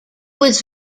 was